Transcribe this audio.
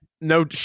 No